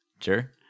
Sure